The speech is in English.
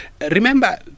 Remember